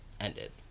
ended